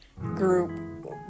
group